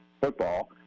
football